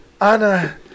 Anna